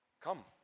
Come